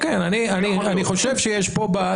אני חושב שיש פה בעיה,